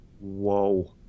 whoa